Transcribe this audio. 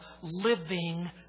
living